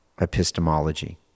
epistemology